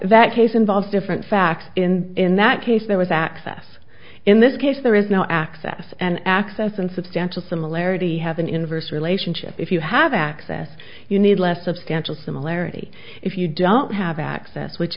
that case involves different facts in in that case there was access in this case there is no access and access and substantial similarity have an inverse relationship if you have access you need less substantial similarity if you don't have access which